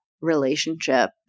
relationship